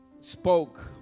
spoke